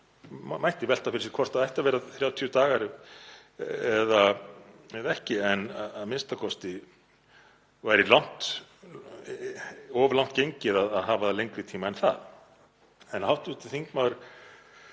mætti velta því fyrir sér hvort það ættu að vera 30 dagar eða ekki en a.m.k. væri of langt gengið að hafa lengri tíma en það. En hv. þingmaður